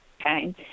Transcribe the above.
Okay